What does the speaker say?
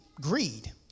greed